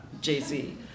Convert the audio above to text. Jay-Z